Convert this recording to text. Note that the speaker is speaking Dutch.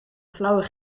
flauwe